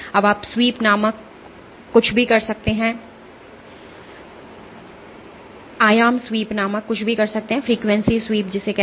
आप आयाम स्वीप नामक कुछ भी कर सकते हैं